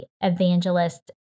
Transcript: evangelist